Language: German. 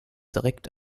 direkt